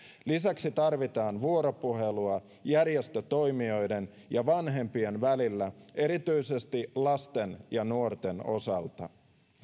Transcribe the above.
lisäksi tarvitaan vuoropuhelua järjestötoimijoiden ja vanhempien välillä erityisesti lasten ja nuorten osalta